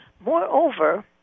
Moreover